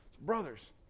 brothers